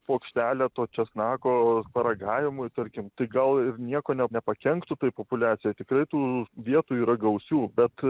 puokštelę to česnako paragavimui tarkim tai gal ir nieko ne nepakenktų tai populiacijai tikrai tų vietų yra gausių bet